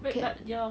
can